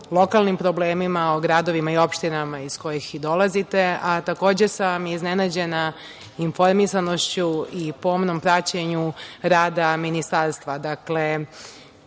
lokalnim problemima, o gradovima i opštinama iz kojih i dolazite, a takođe sam iznenađena informisanošću i pomnom praćenju rada Ministarstva. Dakle,